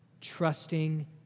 trusting